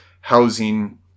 housing